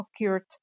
occurred